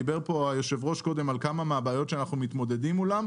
דיבר פה היו"ר קודם על כמה מהבעיות שאנחנו מתמודדים מולם,